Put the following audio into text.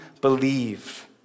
believe